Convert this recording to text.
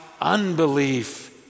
unbelief